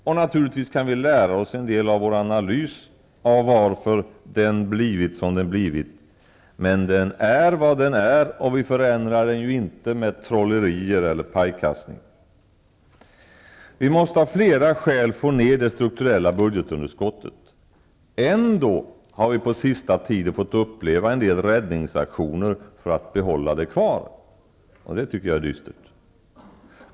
Och naturligtvis kan vi lära oss en del av vår analys av varför den blivit som den blivit. Men den är vad den är, och vi förändrar den inte med trollerier eller pajkastning. Vi måste av flera skäl få ner det strukturella budgetunderskottet. Ändå har vi under den senaste tiden fått uppleva en del räddningsaktioner för att behålla det, och det tycker jag är dystert.